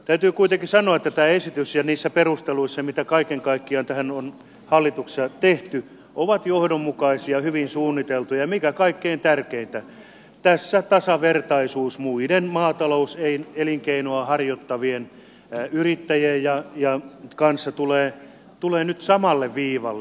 täytyy kuitenkin sanoa että tämä esitys ja ne perustelut mitä kaiken kaikkiaan tähän on hallituksessa tehty ovat johdonmukaisia hyvin suunniteltuja ja mikä kaikkein tärkeintä tässä tasavertaisuus muita maatalouselinkeinoja harjoittavien yrittäjien kanssa tulee nyt samalle viivalle